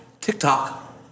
TikTok